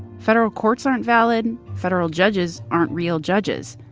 federal courts aren't valid. federal judges aren't real judges.